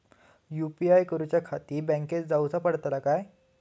UPI करूच्याखाती बँकेत जाऊचा पडता काय?